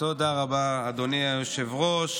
תודה רבה, אדוני היושב-ראש.